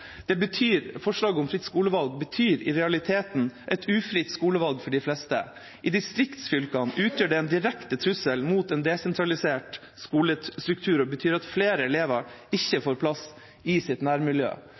skolevalg betyr i realiteten et ufritt skolevalg for de fleste. I distriktsfylkene utgjør det en direkte trussel mot en desentralisert skolestruktur, og det betyr at flere elever ikke får plass i sitt nærmiljø.